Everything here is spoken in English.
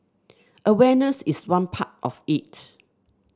awareness is one part of it